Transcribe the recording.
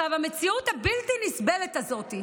המציאות הבלתי-נסבלת הזאת,